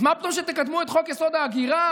אז מה פתאום שתקדמו את חוק-יסוד: ההגירה,